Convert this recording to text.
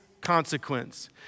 consequence